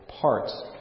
parts